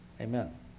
Amen